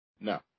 no